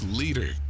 leader